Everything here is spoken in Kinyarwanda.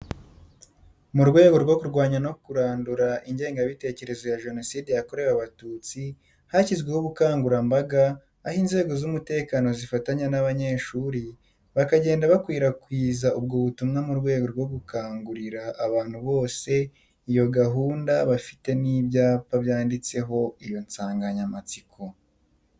Mu rwego rwo kurwanya no kurandura ingengabitekerezo ya Jenoside yakorewe Abatutsi hashyizweho ubukangurambaga, aho inzego z'umutekano zifatanya n'abanyeshuri bakagenda bakwirakwiza ubwo butumwa mu rwego rwo gukangurira abantu bose iyo gahunda bafite n'ibyapa byanditseho iyo nsanganyamatsiko.